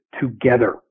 together